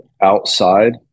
outside